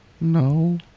No